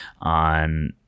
on